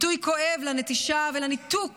ביטוי כואב לנטישה ולניתוק